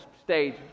stage